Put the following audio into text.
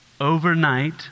Overnight